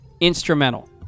Instrumental